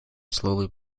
slowly